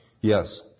Yes